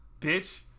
Bitch